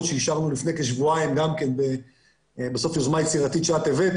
שאישרנו לפני כשבועיים ביוזמה שאת הבאת,